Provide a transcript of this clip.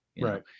Right